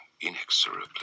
inexorably